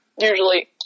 usually